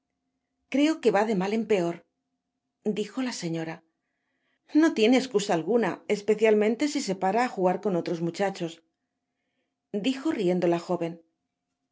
creo que va de mal en peor dijo la señora no tiene escusa alguna especialmente si se para á jugar con otros muchachos dijo riendo la joven